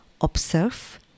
Observe